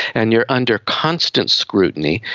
and you are under constant scrutiny,